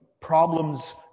problems